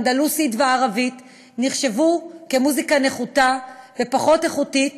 האנדלוסית והערבית נחשבו למוזיקה נחותה ופחות איכותית,